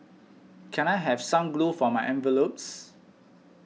can I have some glue for my envelopes